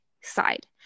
side